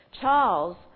Charles